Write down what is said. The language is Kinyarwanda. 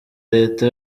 leta